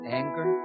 anger